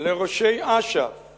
לראשי אש"ף